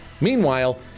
Meanwhile